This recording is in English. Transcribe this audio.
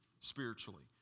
spiritually